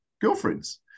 girlfriends